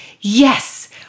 yes